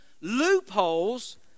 loopholes